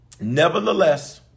nevertheless